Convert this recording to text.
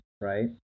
Right